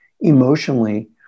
emotionally